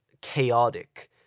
chaotic